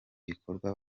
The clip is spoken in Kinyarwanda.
gikorwa